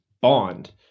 bond